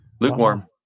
Lukewarm